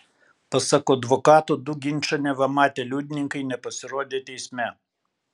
pasak advokato du ginčą neva matę liudininkai nepasirodė teisme